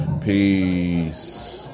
Peace